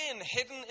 hidden